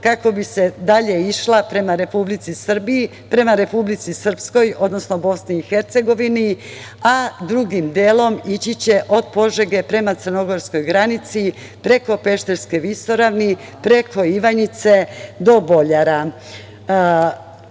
kako bi dalje išla prema Republici Srpskoj, odnosno BiH, a drugim delom ići će od Požege prema crnogorskoj granici, preko Pešterske visoravni, preko Ivanjice, do Boljara. Sve